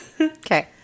Okay